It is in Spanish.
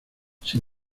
sin